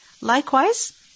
Likewise